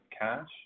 cash